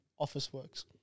Officeworks